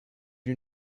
you